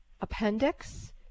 appendix